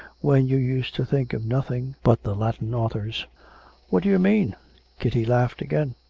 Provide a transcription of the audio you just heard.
when you used to think of nothing but the latin authors what do you mean kitty laughed again.